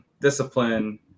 discipline